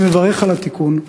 אני מברך על התיקון,